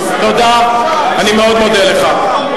אני מאוד מודה לך.